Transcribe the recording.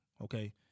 Okay